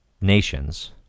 nations